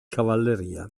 cavalleria